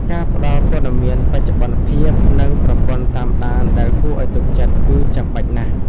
ការផ្តល់ព័ត៌មានបច្ចុប្បន្នភាព និងប្រព័ន្ធតាមដានដែលគួរឱ្យទុកចិត្ត គឺចាំបាច់ណាស់។